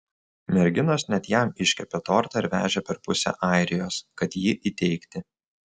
merginos net jam iškepė tortą ir vežė per pusę airijos kad jį įteikti